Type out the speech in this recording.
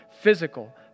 physical